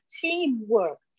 teamwork